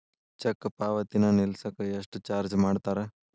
check ಪಾವತಿನ ನಿಲ್ಸಕ ಎಷ್ಟ ಚಾರ್ಜ್ ಮಾಡ್ತಾರಾ